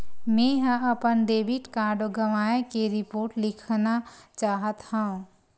मेंहा अपन debit card गवाए के रिपोर्ट लिखना चाहत हव